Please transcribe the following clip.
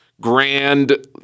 grand